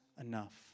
enough